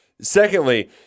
Secondly